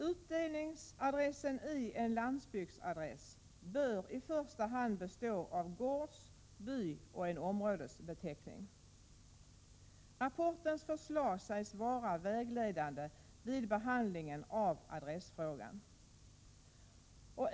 Utdelningsadressen i en landsbygdsadress bör i första hand bestå av gårds-, byoch en områdesbeteckning. Rapportens förslag sägs vara vägledande vid behandlingen av adressfrågan.